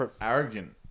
arrogant